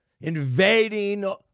invading